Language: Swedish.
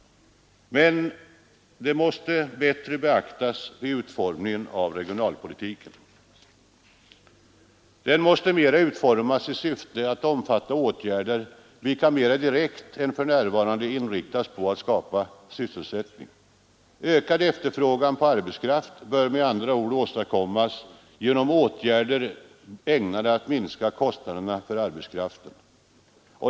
Men det måste bättre beaktas vid utformandet av regionalpolitiken. Den måste mera utformas i syfte att omfatta åtgärder, vilka mer direkt än för närvarande inriktas på att skapa sysselsättning. Ökad efterfrågan på arbetskraft bör med andra ord åstadkommas genom åtgärder ägnade att minska kostnaderna för arbetskraften.